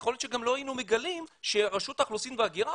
יכול להיות שגם לא היינו מגלים שרשות האוכלוסין וההגירה,